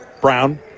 Brown